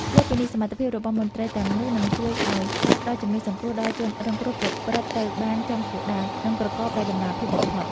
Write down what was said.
លើសពីនេះ សមត្ថភាពរបស់មន្ត្រីទាំងនោះ នឹងជួយឱ្យការផ្ដល់ជំនួយសង្គ្រោះដល់ជនរងគ្រោះប្រព្រឹត្តទៅបានចំគោលដៅ និងប្រកបដោយតម្លាភាពបំផុត។